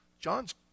John's